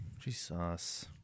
Jesus